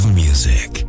music